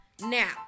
Now